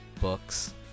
books